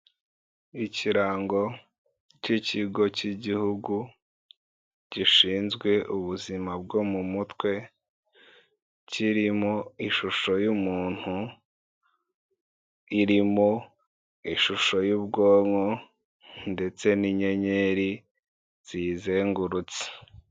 Ikirango cy'ikigo cy'igihugu gishinzwe ubuzima bwo mu mutwe, kirimo ishusho y'umuntu irimo ishusho y'ubwonko ndetse n'inyenyeri ziyizengurutse.